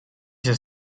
się